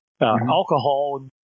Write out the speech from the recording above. alcohol